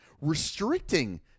restricting